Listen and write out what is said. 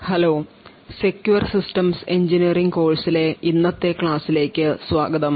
hello secure systems engineering കോഴ്സിലെ ഇന്നത്തെ ക്ലാസ്സിലേക്ക് സ്വാഗതം